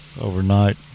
overnight